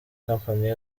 company